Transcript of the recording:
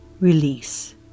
release